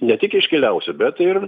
ne tik iškiliausių bet ir